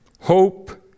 hope